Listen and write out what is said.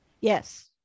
yes